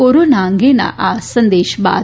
corona અંગેના આ સંદેશ બાદ